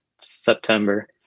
September